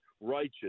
righteous